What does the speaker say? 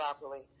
properly